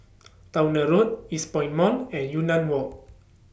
Towner Road Eastpoint Mall and Yunnan Walk